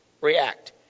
react